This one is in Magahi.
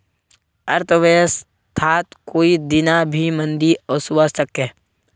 अर्थव्यवस्थात कोई दीना भी मंदी ओसवा सके छे